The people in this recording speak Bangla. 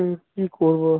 কী কী করবো